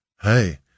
hey